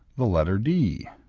the letter d.